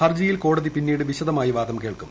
ഹർജിയിൽ കോടതി പിന്നീട് വിശദമായി വാദം കേൾക്കും